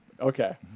Okay